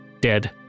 dead